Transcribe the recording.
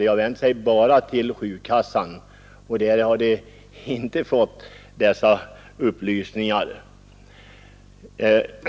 De har vänt sig bara till sjukkassan, och där har de inte fått dessa upplysningar.